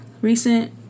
recent